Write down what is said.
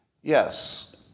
Yes